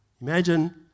Imagine